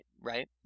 right